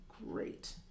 great